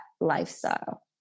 lifestyle